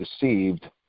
deceived